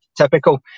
typical